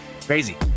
Crazy